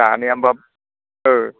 जानायामबा ओ